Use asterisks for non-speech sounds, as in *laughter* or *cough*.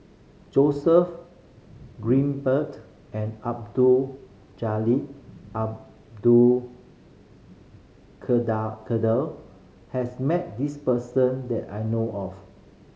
Joseph *unintelligible* and Abdul Jalil Abdul *unintelligible* Kadir has met this person that I know of